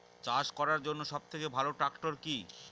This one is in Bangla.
চাষ করার জন্য সবথেকে ভালো ট্র্যাক্টর কি?